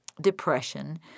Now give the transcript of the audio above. depression